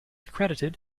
credited